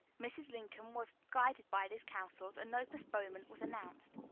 mrs. lincoln was guided by these counsels, and no postponement was announced.